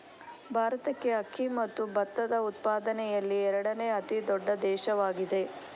ಭಾರತಕ್ಕೆ ಅಕ್ಕಿ ಮತ್ತು ಭತ್ತದ ಉತ್ಪಾದನೆಯಲ್ಲಿ ಎರಡನೇ ಅತಿ ದೊಡ್ಡ ದೇಶವಾಗಿದೆ